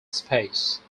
space